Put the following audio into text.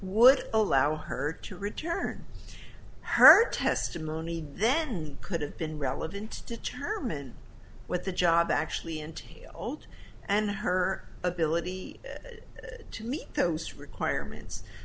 would allow her to return her testimony then could have been relevant determine what the job actually entails old and her ability to meet those requirements